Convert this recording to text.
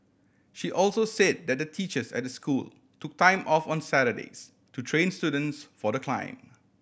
she also say that the teachers at the school took time off on Saturdays to train students for the climb